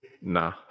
Nah